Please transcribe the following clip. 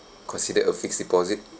consider a fixed deposit